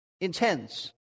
Intense